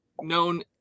known